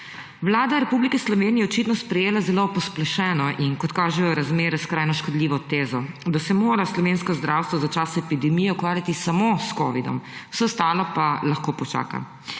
Vlada Republike Slovenije je očitno sprejela zelo posplošeno, in kot kažejo razmere skrajno škodljivo tezo, da se mora slovensko zdravstvo za čas epidemije ukvarjati samo s covidom, vse ostalo pa lahko počaka.